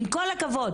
עם כל הכבוד,